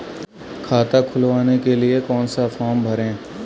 खाता खुलवाने के लिए कौन सा फॉर्म भरें?